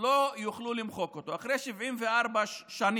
לא יוכלו למחוק אותו אחרי 74 שנים